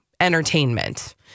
entertainment